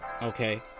Okay